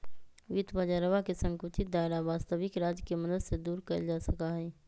वित्त बाजरवा के संकुचित दायरा वस्तबिक राज्य के मदद से दूर कइल जा सका हई